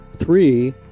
three